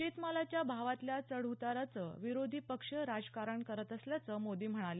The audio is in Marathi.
शेतमालाच्या भावातल्या चढउताराचं विरोधी पक्ष राजकारण करत असल्याचं मोदी म्हणाले